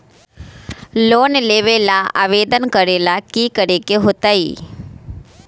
Loan लेबे ला आवेदन करे ला कि करे के होतइ?